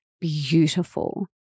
beautiful